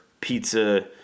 Pizza